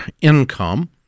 income